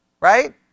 Right